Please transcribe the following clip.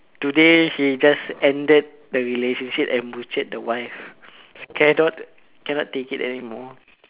today he just ended the relationship and butchered the wife cannot cannot take it anymore